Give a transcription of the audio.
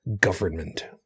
government